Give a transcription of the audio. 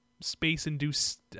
space-induced